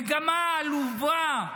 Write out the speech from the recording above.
מגמה עלובה,